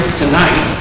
tonight